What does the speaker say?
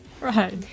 Right